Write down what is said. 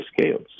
scales